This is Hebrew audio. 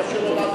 כאשר הוא אמר,